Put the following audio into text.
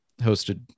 hosted